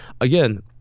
again